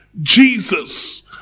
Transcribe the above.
Jesus